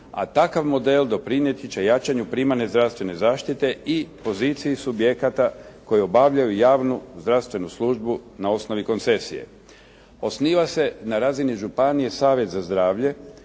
a takav model doprinijeti će jačanju primarne zdravstvene zaštite i poziciji subjekata koje obavljaju javnu zdravstvenu službu na osnovi koncesije. Osniva se na razini županije savez za zdravlje